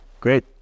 Great